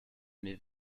mes